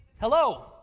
Hello